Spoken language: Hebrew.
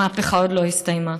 המהפכה עוד לא הסתיימה.